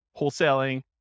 wholesaling